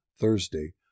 Thursday